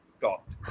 talked